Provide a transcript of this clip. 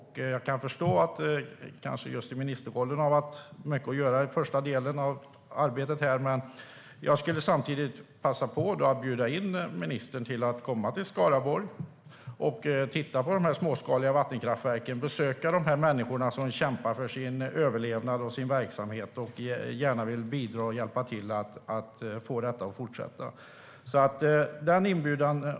Jag kan förstå att det har varit mycket att göra i ministerrollen den första tiden i arbetet, men jag skulle samtidigt vilja passa på att bjuda in ministern till Skaraborg för att titta på de småskaliga vattenkraftverken och besöka de människor som kämpar för sin överlevnad och sin verksamhet och gärna vill bidra och hjälpa till så att det kan fortsätta.